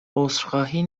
عذرخواهی